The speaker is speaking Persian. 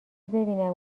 ببینم